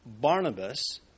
Barnabas